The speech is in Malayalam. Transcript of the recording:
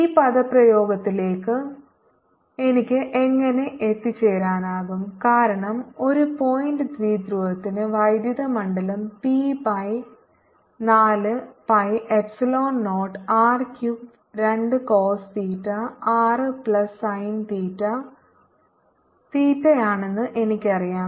rr m ഈ പദപ്രയോഗത്തിലേക്ക് എനിക്ക് എങ്ങനെ എത്തിച്ചേരാനാകും കാരണം ഒരു പോയിന്റ് ദ്വിധ്രുവത്തിന് വൈദ്യുത മണ്ഡലം P by 4 pi epsilon naught R cube 2 cos theta R plus sine theta തീറ്റയാണെന്ന് എനിക്കറിയാം